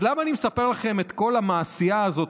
אז למה אני מספר לכם את כל המעשייה הזאת,